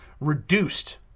reduced